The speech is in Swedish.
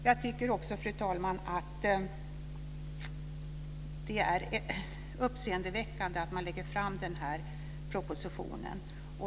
Det är uppseendeväckande, fru talman, att man lägger fram den här propositionen.